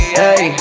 hey